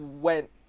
went